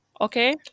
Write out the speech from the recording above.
Okay